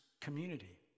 community